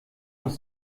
noch